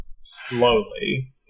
slowly